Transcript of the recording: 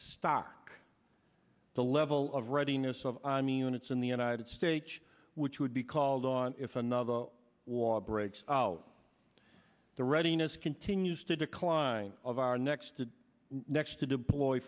stock the level of readiness of i mean units in the united states which would be called on if another war breaks out the readiness continues to decline of our next to next to deploy